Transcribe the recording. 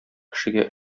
кешегә